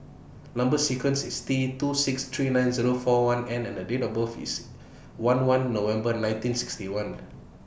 Number sequence IS T two six three nine Zero four one N and Date of birth IS one one November nineteen sixty one